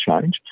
change